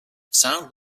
sound